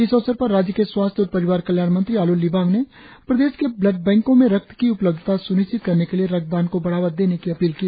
इस अवसर पर राज्य के स्वास्थ्य और परिवार कल्याण मंत्री आलो लिबांग ने प्रदेश के ब्लड बैंको में रक्त की उपलब्धता स्निश्चित करने के लिए रक्तदान को बढ़ावा देने की अपील की